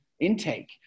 intake